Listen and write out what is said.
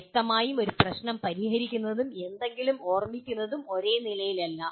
വ്യക്തമായും ഒരു പ്രശ്നം പരിഹരിക്കുന്നതും എന്തെങ്കിലും ഓർമ്മിക്കുന്നതും ഒരേ നിലയിലല്ല